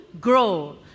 grow